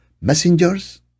Messengers